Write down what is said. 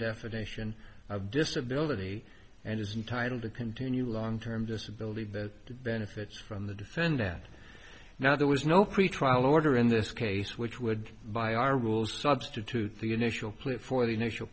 definition of disability and is entitle to continue long term disability that benefits from the defendant now there was no pretrial order in this case which would by our rules substitute the initial plea for the initial